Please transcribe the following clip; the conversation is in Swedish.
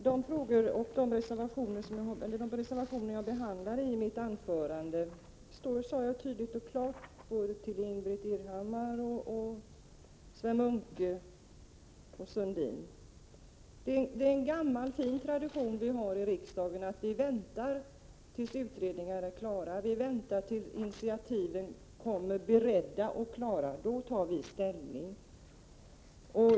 Herr talman! I mitt anförande behandlade jag reservationerna till detta betänkande, och jag sade tydligt och klart till Ingbritt Irhammar, Sven Munke och Lars Sundin att det är en gammal fin tradition i riksdagen att vi väntar tills utredningar är klara, vi väntar tills ärendena kommer beredda och klara. Då tar vi ställning.